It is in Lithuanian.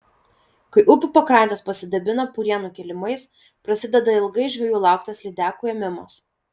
kai upių pakrantės pasidabina purienų kilimais prasideda ilgai žvejų lauktas lydekų ėmimas